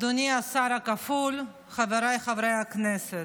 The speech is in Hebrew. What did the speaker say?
אדוני השר הכפול, חבריי חברי הכנסת,